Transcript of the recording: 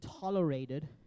tolerated